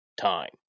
time